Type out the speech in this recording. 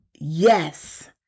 Yes